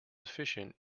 efficient